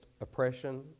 oppression